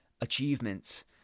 achievements